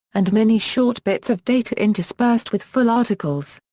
and many short bits of data interspersed with full articles.